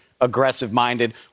aggressive-minded